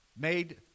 made